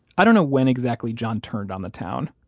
i don't know when exactly john turned on the town,